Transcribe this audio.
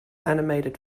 animated